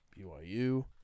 BYU